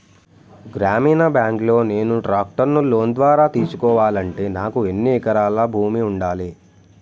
గ్రామీణ బ్యాంక్ లో నేను ట్రాక్టర్ను లోన్ ద్వారా తీసుకోవాలంటే నాకు ఎన్ని ఎకరాల భూమి ఉండాలే?